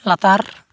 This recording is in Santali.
ᱞᱟᱛᱟᱨ